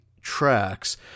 tracks